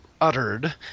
uttered